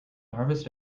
harvest